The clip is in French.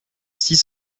six